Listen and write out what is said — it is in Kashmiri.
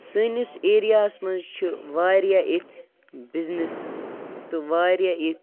سٲنِس ایریا ہَس مَنٛز چھُ واریاہ یِتھۍ بِزنٮ۪س تہٕ واریاہ یِتھۍ